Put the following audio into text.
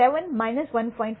7 1